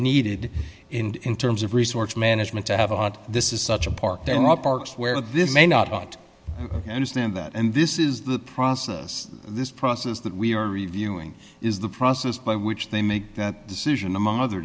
needed in terms of resource management to have a lot this is such a park there are parks where this may not understand that and this is the process this process that we are reviewing is the process by which they make that decision among other